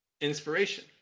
inspiration